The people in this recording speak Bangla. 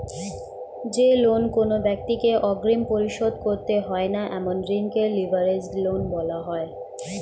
যে লোন কোনো ব্যাক্তিকে অগ্রিম পরিশোধ করতে হয় না এমন ঋণকে লিভারেজড লোন বলা হয়